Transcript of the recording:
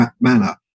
manner